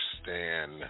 understand